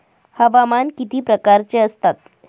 हवामान किती प्रकारचे असतात?